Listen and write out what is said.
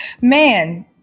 Man